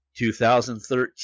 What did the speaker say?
2013